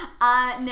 No